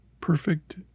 perfect